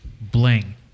Bling